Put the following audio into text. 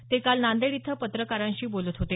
ते काल नांदेड इथं पत्रकारांशी बोलत होते